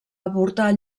avortar